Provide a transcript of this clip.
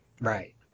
Right